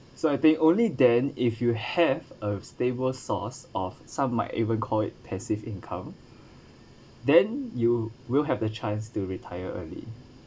so I think only then if you have a stable source of some might even call it passive income then you will have the chance to retire early